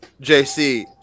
JC